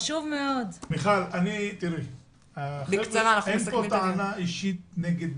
אין פה טענה אישית נגד